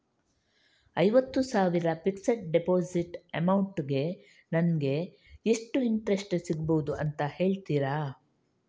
ಐವತ್ತು ಸಾವಿರ fixed deposit amount ಗೆ ನಂಗೆ ಎಷ್ಟು ಇಂಟ್ರೆಸ್ಟ್ ಸಿಗ್ಬಹುದು ಅಂತ ಹೇಳ್ತೀರಾ?